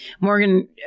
Morgan